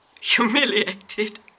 humiliated